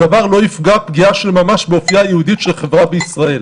הדבר לא יפגע פגיעה של ממש באופייה היהודי של החברה בישראל.